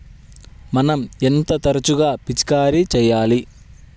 మనం ఎంత తరచుగా పిచికారీ చేయాలి?